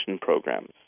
programs